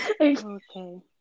Okay